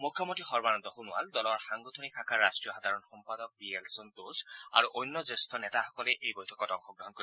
মুখ্যমন্তী সৰ্বানন্দ সোণোৱাল দলৰ সাংগঠনিক শাখাৰ ৰাষ্টীয় সাধাৰণ সম্পাদক বি এল সন্তোষ আৰু অন্য জ্যেষ্ঠ নেতাসকলে এই বৈঠকত অংশগ্ৰহণ কৰিব